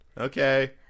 Okay